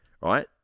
right